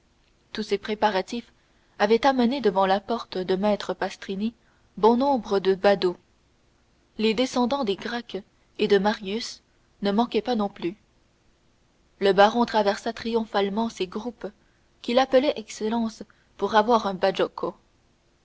tous ces préparatifs avaient amené devant la porte de maître pastrini bon nombre de badauds les descendants des gracques et de marius ne manquaient pas non plus le baron traversa triomphalement ces groupes qui l'appelaient excellence pour avoir un